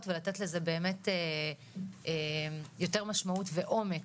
ולתת לזה באמת יותר משמעות ועומק,